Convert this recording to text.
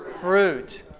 fruit